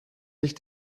sich